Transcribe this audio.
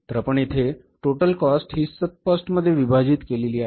तर आपण येथे टोटल कॉस्ट हि सब कॉस्ट मध्ये विभाजित केलेली आहे